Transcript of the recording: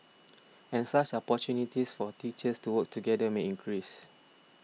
and such opportunities for teachers to work together may increase